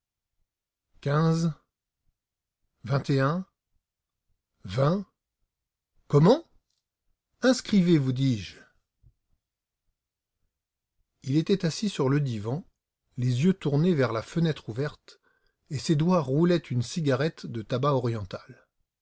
comment inscrivez vous dis-je il était assis sur le divan les yeux tournés vers la fenêtre ouverte et ses doigts roulaient une cigarette de tabac oriental